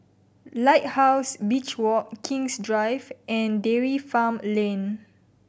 Lighthouse Beach Walk King's Drive and Dairy Farm Lane